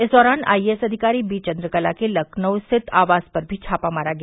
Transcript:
इस दौरान आईएएस अधिकारी बी चन्द्रकला के लखनऊ स्थित आवास पर भी छापा मारा गया